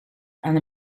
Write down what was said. and